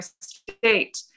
state